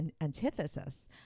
antithesis